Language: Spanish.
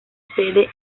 sede